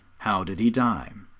how did he die?